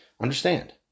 Understand